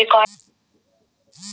Bank द्वारा पैसे कैसे भेजें?